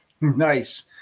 Nice